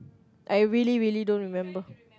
I really really don't remember